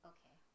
Okay